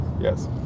Yes